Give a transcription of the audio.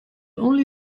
only